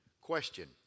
Question